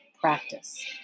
practice